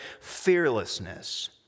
fearlessness